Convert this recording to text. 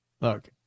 Look